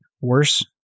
worse